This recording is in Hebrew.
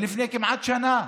לפני כמעט שנה.